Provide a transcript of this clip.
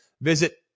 visit